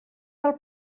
del